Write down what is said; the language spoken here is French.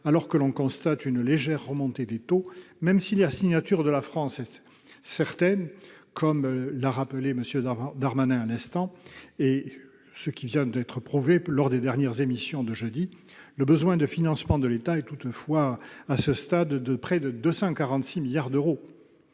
alors que l'on constate une légère remontée des taux, même si la signature de la France est certaine, comme l'a rappelé M. Darmanin à l'instant et comme l'ont prouvé les dernières émissions de jeudi. Le besoin de financement de l'État, à ce stade, s'élève à près de 246 milliards d'euros.